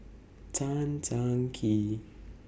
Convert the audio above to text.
Tan Tan Kee